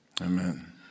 Amen